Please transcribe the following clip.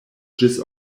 ĝis